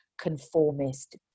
conformist